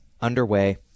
underway